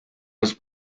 los